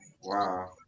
Wow